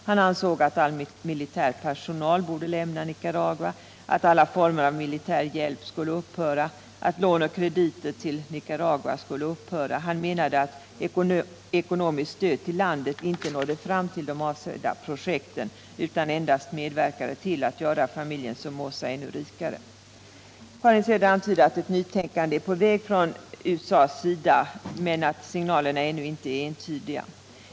Han menade att all militär personal borde lämna Nicaragua och att alla former av militär hjälp liksom också lån och krediter till Nicaragua borde upphöra. Han ansåg att ekonomiskt stöd till landet inte nådde fram till de avsedda projekten utan endast medverkade till att göra familjen Somoza ännu rikare. Karin Söder antyder att ett nytänkade är på väg i USA men att signalerna ännu inte är entydiga.